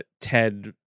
Ted